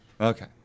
Okay